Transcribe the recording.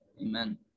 amen